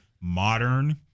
modern